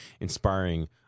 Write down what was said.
inspiring